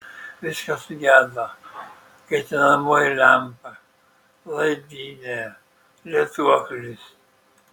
viskas sugedo kaitinamoji lempa laidynė lituoklis